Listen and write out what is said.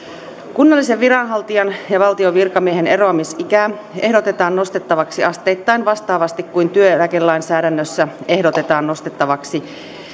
kunnallisen viranhaltijan ja valtion virkamiehen eroamisikää ehdotetaan nostettavaksi asteittain vastaavasti kuin työeläkelainsäädännössä ehdotetaan nostettavaksi